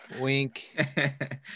Wink